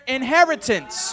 inheritance